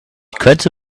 könnte